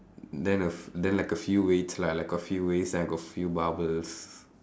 then a f~ then like a few weights lah like a few weights then I got few barbells